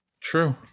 true